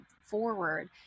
forward